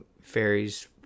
fairies